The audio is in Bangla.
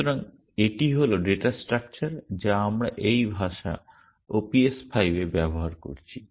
সুতরাং এটি হল ডেটা স্ট্রাকচার যা আমরা এই ভাষা OPS5 এ ব্যবহার করছি